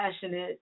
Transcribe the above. passionate